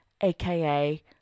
aka